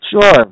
Sure